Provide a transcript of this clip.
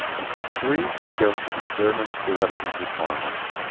in step three we're going to determine the relevant requirements.